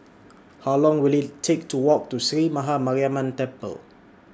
How Long Will IT Take to Walk to Sree Maha Mariamman Temple